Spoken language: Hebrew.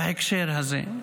בהקשר הזה.